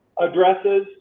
addresses